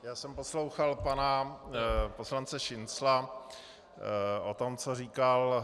Já jsem poslouchal pana poslance Šincla o tom, co říkal.